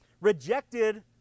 rejected